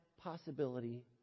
possibility